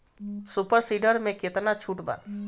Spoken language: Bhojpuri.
सुपर सीडर मै कितना छुट बा?